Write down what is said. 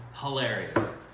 Hilarious